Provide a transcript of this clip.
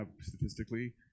statistically